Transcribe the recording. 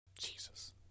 Jesus